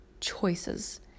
choices